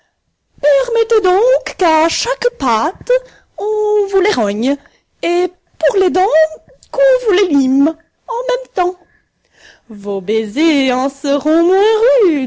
donc qu'à chaque patte on vous les rogne et pour les dents qu'on vous les lime en même temps vos baisers en seront